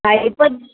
అయిపోద్ది